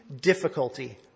difficulty